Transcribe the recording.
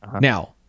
Now